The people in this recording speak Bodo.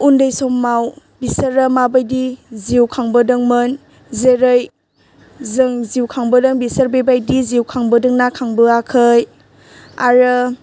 उन्दै समाव बिसोरो माबायदि जिउ खांबोदोंमोन जेरै जों जिउ खांबोदों बिसोर बेबायदि जिउ खांबोदों ना खांबोआखै आरो